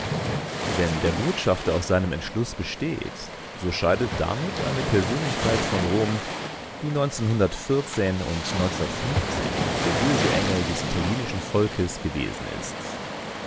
wenn der botschafter auf seinem entschluß besteht so scheidet damit eine persönlichkeit von rom die und der böse engel des italienischen volkes gewesen ist